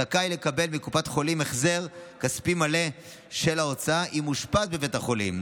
זכאי לקבל מקופת חולים החזר כספי מלא של ההוצאה אם אושפז בבית החולים.